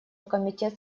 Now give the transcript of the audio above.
комитет